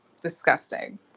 Disgusting